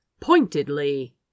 pointedly